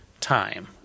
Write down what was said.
time